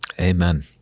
Amen